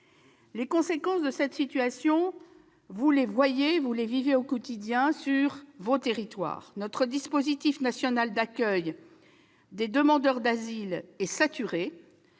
Les conséquences de cette situation, vous les vivez au quotidien dans vos territoires. Notre dispositif national d'accueil des demandeurs d'asile est saturé,